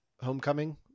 Homecoming